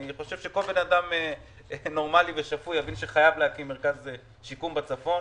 אני חושב שכל אדם נורמלי ושפוי מבין שחייבים להקים מרכז שיקום בצפון.